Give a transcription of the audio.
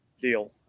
deal